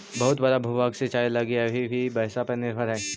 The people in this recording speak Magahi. बहुत बड़ा भूभाग सिंचाई लगी अब भी वर्षा पर निर्भर हई